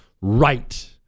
right